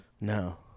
No